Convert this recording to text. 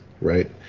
right